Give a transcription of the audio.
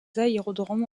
aérodromes